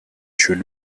should